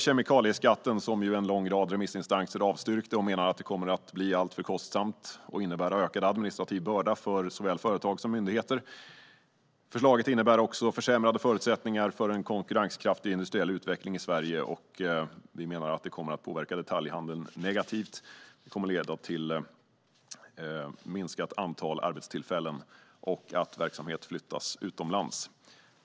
Kemikalieskatten har en lång rad remissinstanser avstyrkt. De menar att det kommer att bli alltför kostsamt och innebära ökad administrativ börda för såväl företag som myndigheter. Förslaget innebär också försämrade förutsättningar för en konkurrenskraftig industriell utveckling i Sverige. Det kommer att påverka detaljhandeln negativt och leda till ett minskat antal arbetstillfällen och att verksamhet flyttas utomlands.